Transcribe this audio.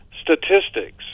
statistics